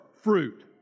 fruit